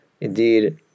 indeed